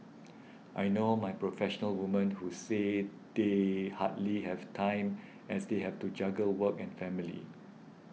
I know my professional women who say they hardly have time as they have to juggle work and family